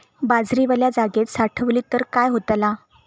बाजरी वल्या जागेत साठवली तर काय होताला?